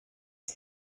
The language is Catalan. per